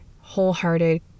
wholehearted